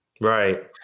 Right